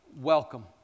welcome